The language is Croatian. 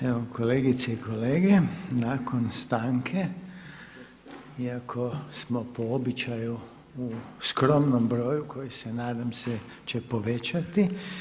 Evo kolegice i kolege, nakon stanke iako smo po običaju u skromnom broju koji se nadam se će povećati.